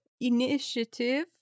Initiative